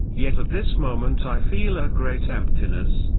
yet at this moment i feel a great emptiness,